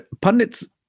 pundits